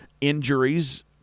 injuries